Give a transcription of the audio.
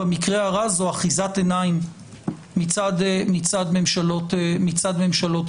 במקרה הרע זאת אחיזת עיניים מצד ממשלות ישראל.